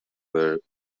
were